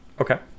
Okay